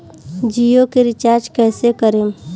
जियो के रीचार्ज कैसे करेम?